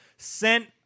sent